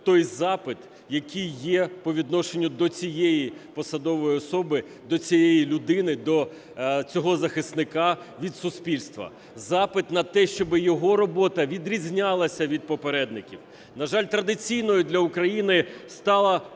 той запит, який є по відношенню до цієї посадової особи, до цієї людини, до цього захисника від суспільства. Запит на те, щоб його робота відрізнялася від попередників. На жаль, традиційною для України стала помилка